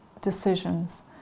decisions